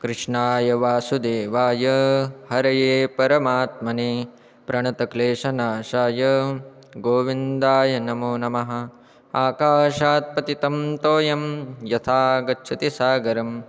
कृष्णाय वासुदेवाय हरये परमात्मने प्रणतः क्लेशनाशाय गोविन्दाय नमो नमः आकाशात्पतितं तोयं यथा गच्छति सागरम्